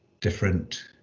different